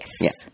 Yes